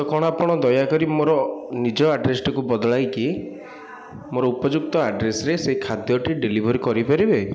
ତ କ'ଣ ଆପଣ ଦୟାକରି ମୋର ନିଜ ଆଡ଼୍ରେସଟିକୁ ବଦଳାଇକି ମୋର ଉପଯୁକ୍ତ ଆଡ଼୍ରେସରେ ସେ ଖାଦ୍ୟଟି ଡେଲିଭରି କରିପାରିବେ